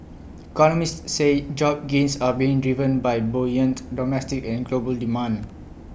economists say job gains are being given by buoyant domestic and global demand